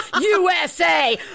USA